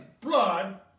blood